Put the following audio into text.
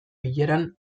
bileran